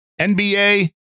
nba